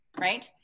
right